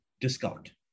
discount